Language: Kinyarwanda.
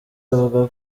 avuga